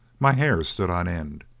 my hair stood on end.